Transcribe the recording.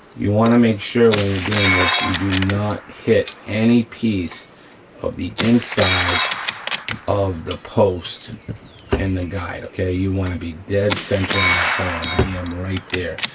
you wanna make sure when you're doing this, you do not hit any piece of the inside of the post and the guide, okay. you wanna be dead center on that hole, and i'm yeah i'm right there.